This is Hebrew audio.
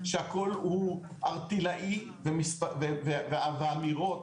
שהכול הוא ערטילאי והאמירות